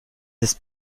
ist